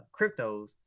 cryptos